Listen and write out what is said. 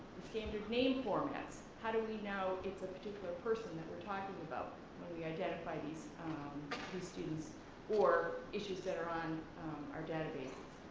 the standard name formats, how do we know it's a particular person that we're talking about when we identify these students or issues that are on our databases?